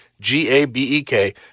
G-A-B-E-K